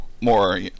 more